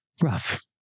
rough